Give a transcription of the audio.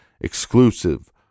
exclusive